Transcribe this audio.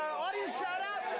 audience shout out.